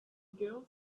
girl